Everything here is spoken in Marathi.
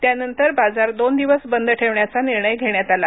त्यानंतर बाजार दोनदिवस बंद ठेवण्याचा निर्णय घेण्यात आला